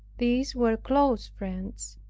these were close friends.